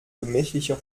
gemächlicher